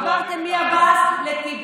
עברתם מעבאס לטיבי,